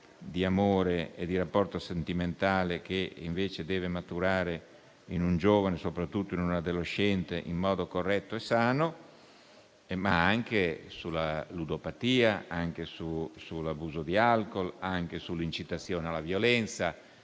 di amore e di rapporto sentimentale, che invece devono maturare in un giovane, soprattutto in un adolescente, in modo corretto e sano - ma anche dalla ludopatia, dall'abuso di alcol e dall'incitazione alla violenza.